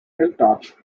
hilltops